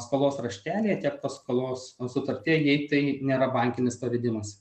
skolos raštelyje tiek paskolos sutartyje jei tai nėra bankinis pavedimas